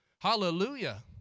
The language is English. Hallelujah